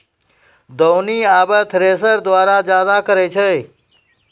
दौनी आबे थ्रेसर द्वारा जादा करै छै